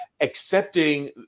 accepting